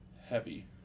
heavy